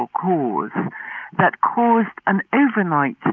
ah cause that caused an overnight